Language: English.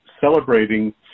celebrating